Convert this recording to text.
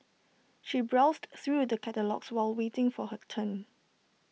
she browsed through the catalogues while waiting for her turn